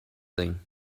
thing